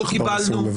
לא קיבלנו.